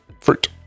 fruit